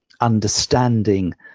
understanding